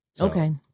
Okay